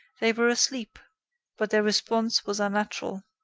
they were asleep but their response was unnatural.